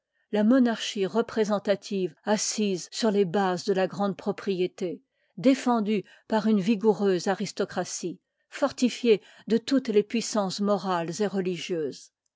la mon archie représentative assise jiir les bases dje la grande propriété déiiridue par une vigoureuse aristocratie rtifiée de toutes les puissances morale et religieuses